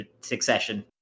succession